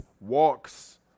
walks